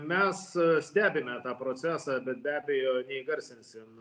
mes stebime tą procesą bet be abejo neįgarsinsim